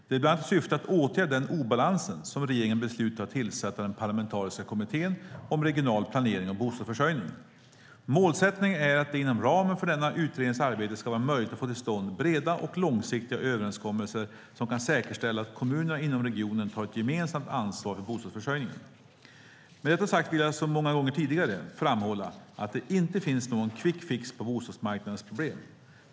Det är bland annat i syfte att åtgärda den obalansen som regeringen beslutat att tillsätta den parlamentariska kommittén om regional planering och bostadsförsörjning. Målsättningen är att det inom ramen för denna utrednings arbete ska vara möjligt att få till stånd breda och långsiktiga överenskommelser som kan säkerställa att kommunerna inom regionen tar ett gemensamt ansvar för bostadsförsörjningen. Med detta sagt vill jag, som många gånger tidigare, framhålla att det inte finns någon "quick fix" på bostadsmarknadens problem.